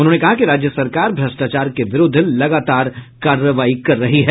उन्होंने कहा कि राज्य सरकार भ्रष्टाचार के विरूद्व लगातार कार्रवाई कर रही है